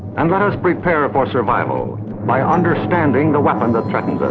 and let us prepare for survival by understanding the weapon that threatens us